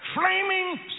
flaming